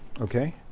okay